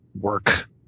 work